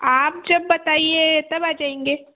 आप जब बताइए तब आ जाएंगे